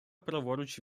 праворуч